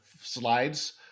slides